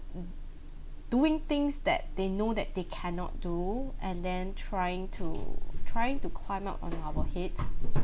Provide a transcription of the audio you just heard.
doing things that they know that they cannot do and then trying to trying to climb up on our head